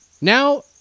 now